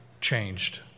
changed